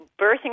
birthing